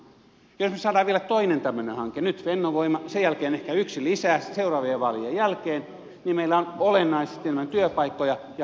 jos me saamme vielä toisen tämmöisen hankkeen nyt fennovoima sen jälkeen ehkä yksi lisää seuraavien vaalien jälkeen niin meillä on olennaisesti enemmän työpaikkoja ja halpaa energiaa